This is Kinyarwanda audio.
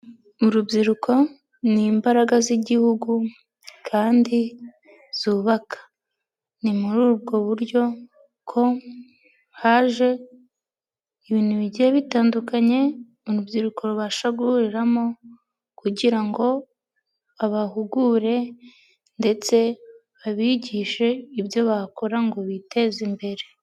Urubyiruko ni imbaraga z'Igihugu kandi zubaka. Ni muri ubwo buryo ko haje ibintu bigiye bitandukanye urubyiruko rubasha guhuriramo kugira ngo babahugure ndetse babigishe ibyo bakora ngo biteze imbere.